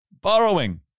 Borrowing